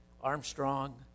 Armstrong